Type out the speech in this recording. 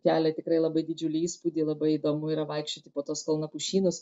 kelia tikrai labai didžiulį įspūdį labai įdomu yra vaikščioti po tuos kalnapušynus